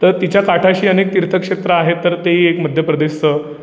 तर तिच्या काठाशी अनेक तीर्थक्षेत्रं आहेत तर तेही एक मध्य प्रदेशचं